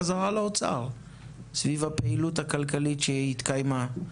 בחזרה לאוצר סביב הפעילות הכלכלית שהתקיימה.